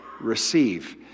receive